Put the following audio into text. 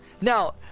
now